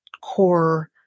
core